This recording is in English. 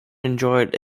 enjoyed